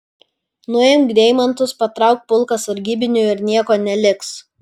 nuimk deimantus patrauk pulką sargybinių ir nieko neliks